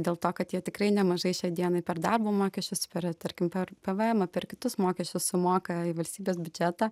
dėl to kad jie tikrai nemažai šiai dienai per darbo mokesčius per tarkim per pvmą per kitus mokesčius sumoka į valstybės biudžetą